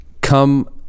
come